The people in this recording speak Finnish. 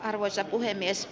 arvoisa puhemies